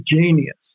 genius